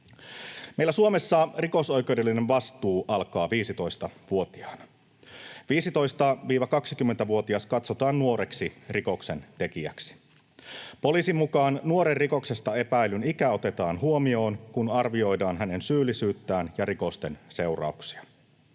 Meillä Suomessa rikosoikeudellinen vastuu alkaa 15-vuotiaana. 15—20-vuotias katsotaan nuoreksi rikoksentekijäksi. Poliisin mukaan nuoren rikoksesta epäillyn ikä otetaan huomioon, kun arvioidaan hänen syyllisyyttään ja rikosten seurauksia.